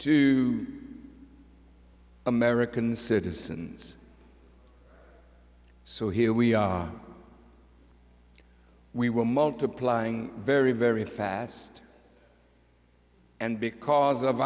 to american citizens so here we are we were multiplying very very fast and because of